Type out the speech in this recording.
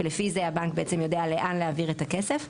ולפי זה הבנק בעצם יודע להעביר את הכסף.